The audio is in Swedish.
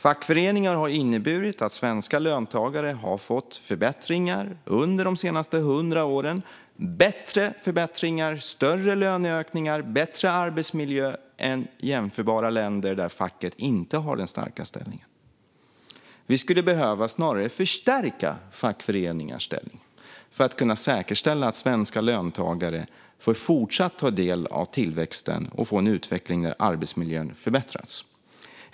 Fackföreningar har inneburit att svenska löntagare har fått förbättringar under de senaste 100 åren - tydligare förbättringar, större löneökningar och bättre arbetsmiljö än i jämförbara länder där facket inte har samma starka ställning. Vi skulle snarare behöva förstärka fackföreningarnas ställning för att kunna säkerställa att svenska löntagare även fortsättningsvis får ta del av tillväxten och för att få en utveckling där arbetsmiljön förbättras.